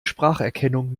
spracherkennung